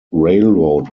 railroad